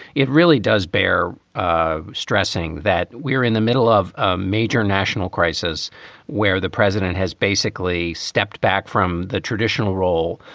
it really does bear ah stressing that we're in the middle of a major national crisis where the president has basically stepped back from the traditional role,